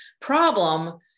problem